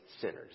sinners